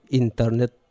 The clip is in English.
internet